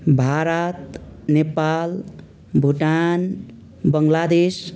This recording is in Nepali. भारत नेपाल भुटान बङ्गलादेश